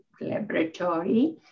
Laboratory